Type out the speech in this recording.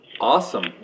Awesome